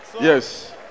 Yes